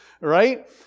Right